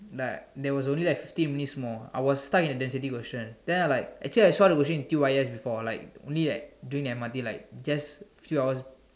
like there was only fifteen minute minute I was stuck at the density question the I was like actually I saw the question in T_Y_S before only like during the M_R_T just like few hours